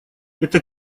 это